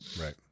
Right